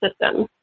system